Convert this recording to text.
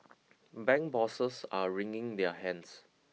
bank bosses are wringing their hands